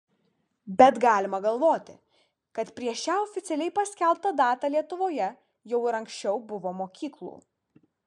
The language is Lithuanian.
bet galima galvoti kad prieš šią oficialiai paskelbtą datą lietuvoje jau ir anksčiau buvo mokyklų